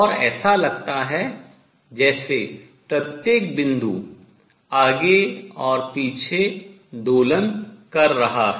और ऐसा लगता है जैसे प्रत्येक बिंदु आगे और पीछे दोलन कर रहा है